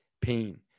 Pain